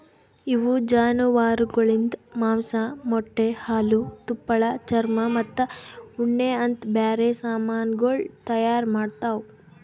ಇವು ಜಾನುವಾರುಗೊಳಿಂದ್ ಮಾಂಸ, ಮೊಟ್ಟೆ, ಹಾಲು, ತುಪ್ಪಳ, ಚರ್ಮ ಮತ್ತ ಉಣ್ಣೆ ಅಂತ್ ಬ್ಯಾರೆ ಸಮಾನಗೊಳ್ ತೈಯಾರ್ ಮಾಡ್ತಾವ್